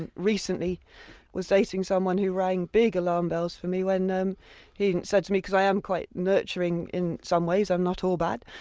and recently was dating someone who rang big alarm bells for me when he said to me because i am quite nurturing in some ways, i'm not all bad